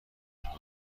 پنهان